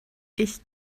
ich